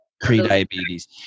pre-diabetes